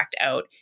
out